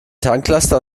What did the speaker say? tanklaster